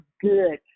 good